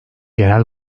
genel